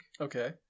okay